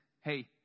hey